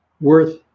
worth